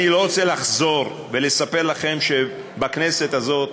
אני לא רוצה לחזור ולספר לכם שבכנסת הזאת